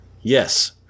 Yes